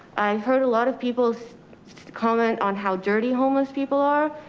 i heard a lot of people's comment on how dirty homeless people are.